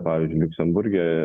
pavyzdžiui liuksemburge